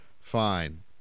Fine